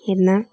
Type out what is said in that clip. എന്നാൽ